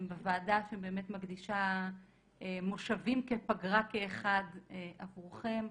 אתם בוועדה שבאמת מקדישה מושבים כפגרה כאחד עבורכם.